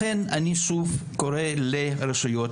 לכן אני שוב קורא לרשויות,